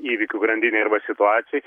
įvykių grandinei arba situacijai